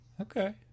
Okay